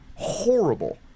Horrible